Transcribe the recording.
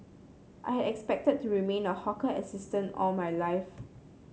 I had expected to remain a hawker assistant all my life